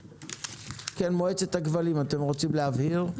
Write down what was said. נציגי מועצת הכבלים, אתם רוצים להבהיר?